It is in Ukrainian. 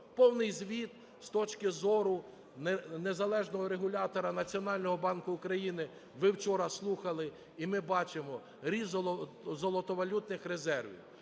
Повний звіт з точки зору незалежного регулятора Національного банку України ви вчора слухали. І ми бачимо ріст золотовалютних резервів,